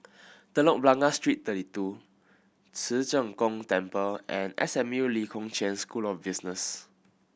Telok Blangah Street Thirty Two Ci Zheng Gong Temple and S M U Lee Kong Chian School of Business